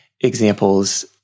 examples